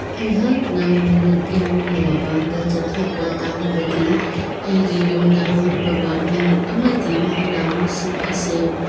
ꯑꯩꯍꯥꯛꯅ ꯅꯨꯃꯤꯠ ꯌꯥꯝꯅ ꯃꯄꯥꯟꯗ ꯆꯠꯊꯣꯛꯄ ꯇꯥꯔꯕꯗꯤ ꯑꯩꯒꯤ ꯌꯨꯝꯗ ꯍꯧꯔꯤꯕ ꯄꯥꯝꯕꯤ ꯑꯃꯗꯤ ꯃꯅꯥ ꯃꯁꯤꯡ ꯑꯁꯦ